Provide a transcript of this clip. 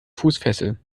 fußfessel